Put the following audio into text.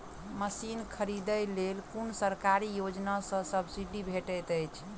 Machine खरीदे लेल कुन सरकारी योजना सऽ सब्सिडी भेटैत अछि?